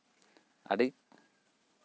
ᱟᱹᱰᱤ